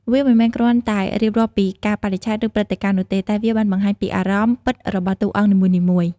វាមិនមែនគ្រាន់តែរៀបរាប់ពីកាលបរិច្ឆេទ ឬព្រឹត្តិការណ៍នោះទេ តែវាបានបង្ហាញពីអារម្មណ៍ពិតរបស់តួអង្គនីមួយៗ។